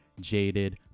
Jaded